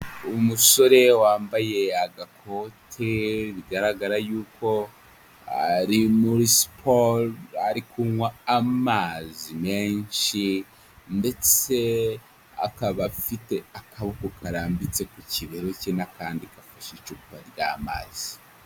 Umusore wambaye agakote, bigaragara yuko ari muri siporo, ari kunywa amazi menshi, ndetse akaba afite akaboko karambitse ku kibero cye, n'akandi gafashe icupa ry'amazi.